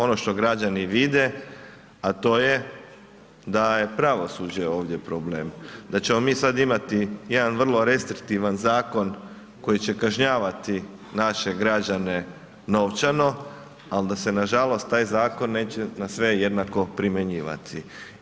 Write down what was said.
Ono što građani vide, a to je da je pravosuđe ovdje problem, da ćemo mi sada imati jedan vrlo restriktivan zakon koji će kažnjavati naše građane novčano, ali da se nažalost taj zakon neće na sve jednako primjenjivati.